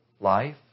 life